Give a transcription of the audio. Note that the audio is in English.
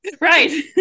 Right